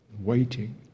waiting